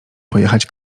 pojechać